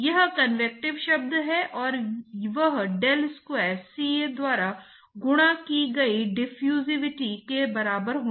तो यदि आपके पास यहाँ एक प्लेट है यह x बराबर 0 है और यह x कुछ L के बराबर है